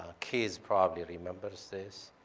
ah keith probably remembers this.